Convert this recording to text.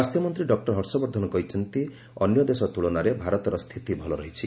ସ୍ୱାସ୍ଥ୍ୟ ମନ୍ତ୍ରୀ ଡକ୍କର ହର୍ଷବର୍ଦ୍ଧନ କହିଛନ୍ତି ଯେ ଅନ୍ୟ ଦେଶ ତ୍ୁଳନାରେ ଭାରତର ସ୍ଥିତି ଭଲ ରହିଛି